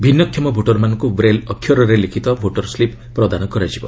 ଭିନ୍ନକ୍ଷମ ଭୋଟରମାନଙ୍କୁ ବ୍ରେଲ୍ ଅକ୍ଷରରେ ଲିଖିତ ଭୋଟର ସ୍କିପ୍ ପ୍ରଦାନ କରାଯିବ